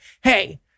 hey